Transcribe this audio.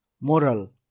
Moral